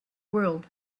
world